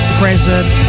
present